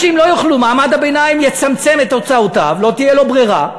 מעמד הביניים יקצץ את הוצאותיו, לא תהיה לו ברירה.